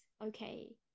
okay